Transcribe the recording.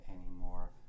anymore